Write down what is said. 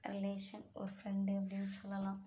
relation ஒரு friend அப்படினு சொல்லலாம்